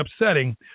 upsetting